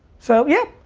so, yeah.